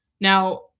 Now